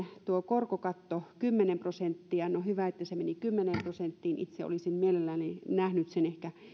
korkokatto kymmenen prosenttia no hyvä että se meni kymmeneen prosenttiin itse olisin mielelläni nähnyt sen ehkä